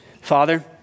Father